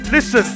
Listen